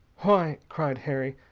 why! cried harry,